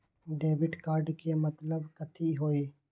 Debit card के मतलब कथी होई?